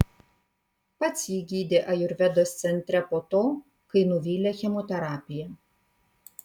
pats jį gydė ajurvedos centre po to kai nuvylė chemoterapija